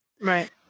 right